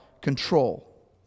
control